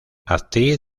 actriz